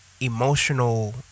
emotional